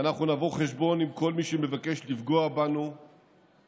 ואנחנו נבוא חשבון עם כל מי שמבקש לפגוע בנו בזמן,